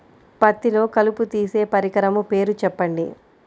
పత్తిలో కలుపు తీసే పరికరము పేరు చెప్పండి